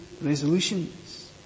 resolutions